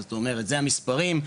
זאת אומרת זה המספרים,